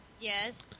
Yes